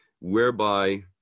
whereby